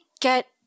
get